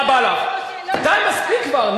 אתה רוצה, אני אוציא אותה כבר.